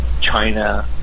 China